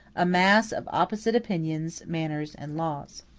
a mass of opposite opinions, manners, and laws.